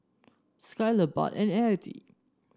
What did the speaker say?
Skyler Bart and Eddy